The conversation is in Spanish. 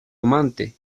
amante